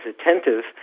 attentive